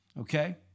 Okay